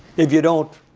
if you don't,